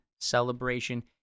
celebration